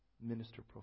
minister